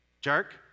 jerk